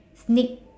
sneak